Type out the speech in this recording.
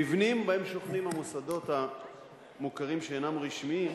המבנים שבהם שוכנים המוסדות המוכרים שאינם רשמיים